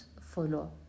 follow